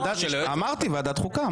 אמרתי, ועדת החוקה.